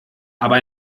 aber